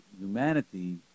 humanity